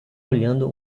olhando